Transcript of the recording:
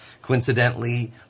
Coincidentally